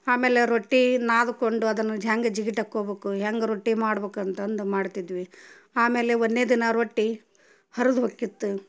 ಆಮೇಲೆ ರೊಟ್ಟಿ ನಾದಿಕೊಂಡು ಅದನ್ನು ಹ್ಯಾಂಗೆ ಜಿಗಿಟು ಹಾಕ್ಕೊಬೊಕು ಹೆಂಗೆ ರೊಟ್ಟಿ ಮಾಡ್ಬಕು ಅಂತಂದು ಮಾಡ್ತಿದ್ವಿ ಆಮೇಲೆ ಒಂದನೇ ದಿನ ರೊಟ್ಟಿ ಹರದು ಹೋಕಿತ್ತ